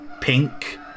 pink